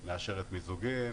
היא מאשרת מיזוגים,